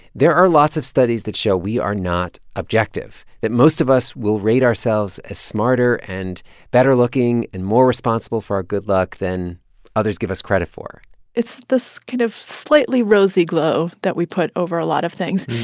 there are lots of studies that show we are not objective, that most of us will rate ourselves as smarter and better-looking and more responsible for our good luck than others give us credit for it's this kind of slightly rosy glow that we put over a lot of things.